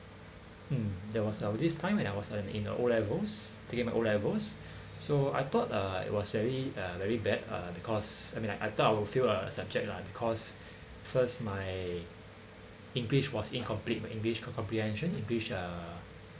mm there was uh this time when I was uh in uh O levels to get my O levels so I thought uh it was very uh very bad uh because I mean I I thought I would fail lah subjects lah because first my english was incomplete my english comprehension english uh